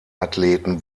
athleten